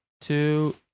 two